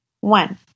One